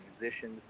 musicians